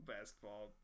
Basketball